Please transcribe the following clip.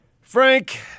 Frank